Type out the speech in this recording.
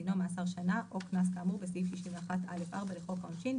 דינו מאסר שנה או קנס כאמור בסעיף 61(א)(4) לחוק העונשין,